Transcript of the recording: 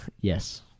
Yes